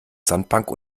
sandbank